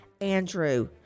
Andrew